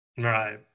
Right